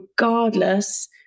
regardless